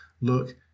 look